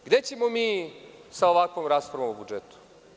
Gde ćemo mi sa ovakvom raspravom o budžetu?